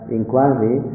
inquiry